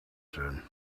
said